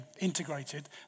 integrated